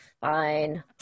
fine